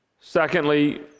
Secondly